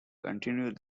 continue